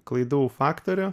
klaidų faktorių